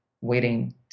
waiting